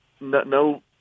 No